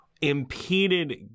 impeded